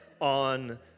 on